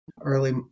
early